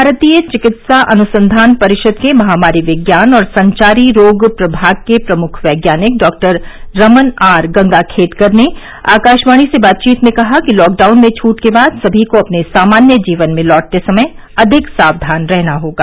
भारतीय चिकित्सा अनुसंधान परिषद के महामारी विज्ञान और संचारी रोग प्रभाग के प्रमुख वैज्ञानिक डॉक्टर रमन आर गंगाखेडकर ने आकाशवाणी से बातचीत में कहा कि लॉकडाउन में छूट के बाद सभी को अपने सामान्य जीवन में लौटते समय अधिक सावधान रहना होगा